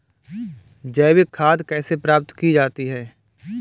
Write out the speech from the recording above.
जैविक खाद कैसे प्राप्त की जाती है?